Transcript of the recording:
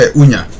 unya